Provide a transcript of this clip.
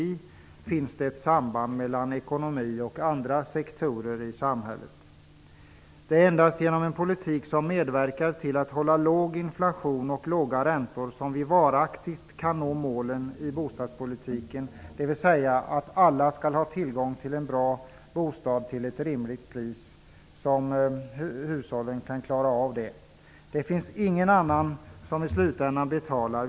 Likaså är det självklart att det finns ett samband mellan ekonomi och andra sektorer i samhället. Det är endast genom en politik som medverkar till att hålla låg inflation och låga räntor som vi varaktigt kan nå målet i bostadspolitiken, dvs. att alla skall ha tillgång till en bra bostad till ett rimligt pris som hushållen klarar att betala. Det finns ingen annan som i slutänden betalar.